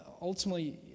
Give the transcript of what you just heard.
ultimately